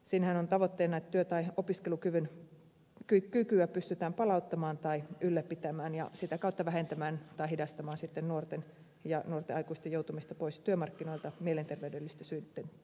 siinähän on tavoitteena että työ tai opiskelukykyä pystytään palauttamaan tai ylläpitämään ja sitä kautta vähentämään tai hidastamaan sitten nuorten ja nuorten aikuisten joutumista pois työmarkkinoilta mielenterveydellisten syitten takia